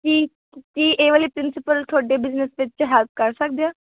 ਕੀ ਕੀ ਇਹ ਵਾਲੇ ਪ੍ਰਿੰਸੀਪਲ ਤੁਹਾਡੇ ਬਿਜ਼ਨਸ ਵਿੱਚ ਹੈਲਪ ਕਰ ਸਕਦੇ ਆ